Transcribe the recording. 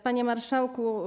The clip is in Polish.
Panie Marszałku!